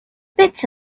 bits